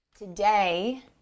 Today